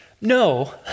No